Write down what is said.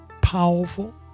powerful